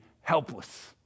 helpless